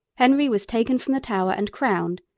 henry was taken from the tower and crowned,